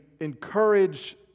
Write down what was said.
encourage